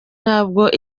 ntabwo